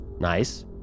Nice